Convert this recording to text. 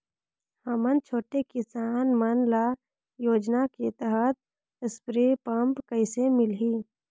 हमन छोटे किसान मन ल योजना के तहत स्प्रे पम्प कइसे मिलही?